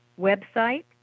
website